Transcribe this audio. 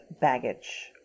baggage